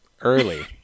early